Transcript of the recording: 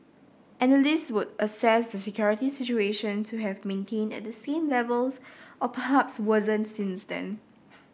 analyst would assess the security situation to have maintained at the same levels or perhaps worsened since then